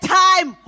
time